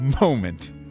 moment